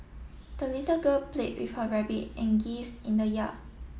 the little girl play with her rabbit and geese in the yard